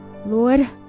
Lord